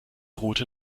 route